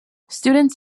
students